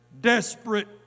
desperate